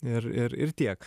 ir ir ir tiek